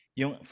yung